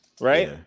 right